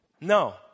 No